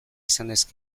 izanez